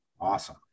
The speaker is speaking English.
Awesome